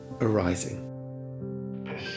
arising